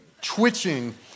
twitching